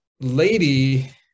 lady